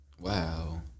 Wow